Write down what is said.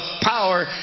power